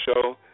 show